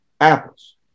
apples